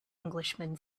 englishman